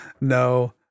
no